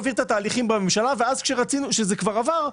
לא הצלחנו להעביר את התהליכים בממשלה ואז כשזה כבר עבר,